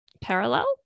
Parallel